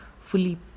fully